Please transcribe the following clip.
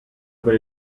per